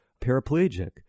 paraplegic